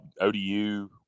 ODU